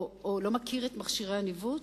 או לא מכיר את מכשירי הניווט?